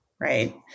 right